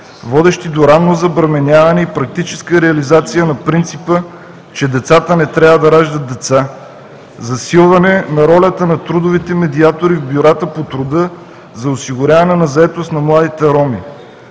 водещи до ранно забременяване и практическа реализация на принципа, че „децата не трябва да раждат деца“; засилване на ролята на трудовите медиатори в бюрата по труда за осигуряване на заетост на младите роми;